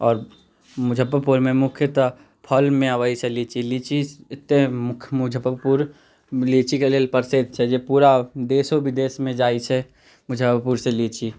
आओर मुजफ्फरपुरमे मुख्यतः फलमे अबैत छै लीची लीची एतै मुजफ्फरपुर लीचीके लेल प्रसिद्ध छै जे पूरा देशो विदेशमे जाइत छै मुजफ्फरपुर से लीची